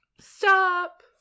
stop